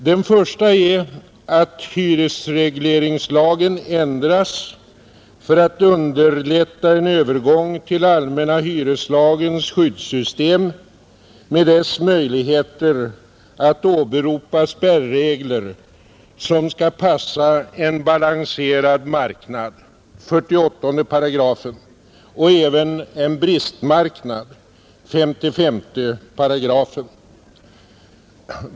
Den första är att hyresregleringslagen ändras för att underlätta en övergång till allmänna hyreslagens skyddssystem med dess möjligheter att åberopa spärregler som skall passa en balanserad marknad — 48 §— och även en bristmarknad — 55 §.